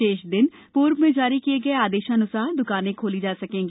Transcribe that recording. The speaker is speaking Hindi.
शेष दिन पूर्व में जारी किये गए आदेशनुसार दुकाने खोली जा सकेंगी